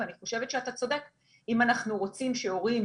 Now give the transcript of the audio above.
ואני חושבת שאתה צודק: אם אנחנו רוצים שהורים